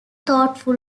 thoughtful